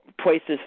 Places